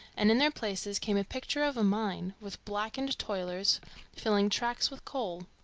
and in their places came a picture of a mine, with blackened toilers filling tracks with coal.